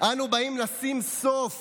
אנו באים לשים סוף